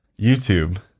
YouTube